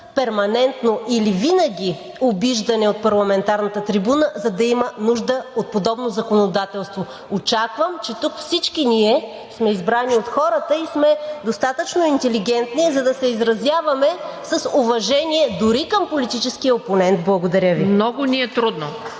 перманентно или винаги обиждани от парламентарната трибуна, за да има нужда от подобно законодателство. Очаквам, че тук всички ние сме избрани от хората и сме достатъчно интелигентни, за да се изразяваме с уважение дори към политическия опонент. Благодаря Ви. ПРЕДСЕДАТЕЛ